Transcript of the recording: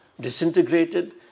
disintegrated